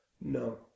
no